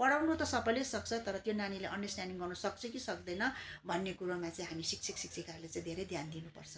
पढाउनु त सबैले सक्छ तर त्यो नानीले अन्डरस्ट्यान्डिङ गर्नुसक्छ कि सक्दैन भन्ने कुरामा चाहिँ हामी शिक्षिक शिक्षिकाहरूले चाहिँ धेरै ध्यान दिनुपर्छ